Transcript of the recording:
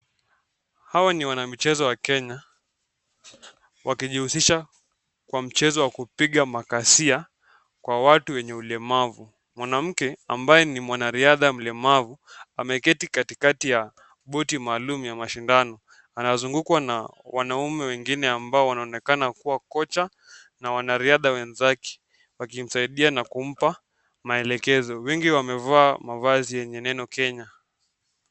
Hawa ni wanamichezo wa Kenya wakijihusisha kwa mchezo wa kupiga makasia kwa watu wenye ulemavu. Mwanamke ambaye ni mwanariadha mlemavu ameketi katikati ya boti maalum ya mashindano. Anazungukwa na wanaume wengine ambao wanaonekana kuwa kocha na wanariadha wenzake wakimsaidia na kumpa maelekezo. Wengine wamevaa mavazi yenye neno Kenya.